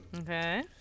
Okay